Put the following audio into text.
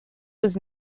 was